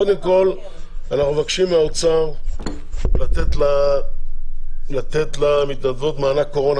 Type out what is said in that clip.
קודם כל אנחנו מבקשים מהאוצר לתת למתנדבות מענק קורונה,